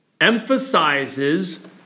emphasizes